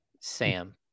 Sam